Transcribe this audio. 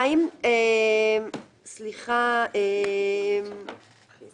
(1)בסעיף 9(ב1), במקום הרישא עד המילים